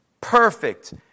perfect